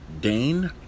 Dane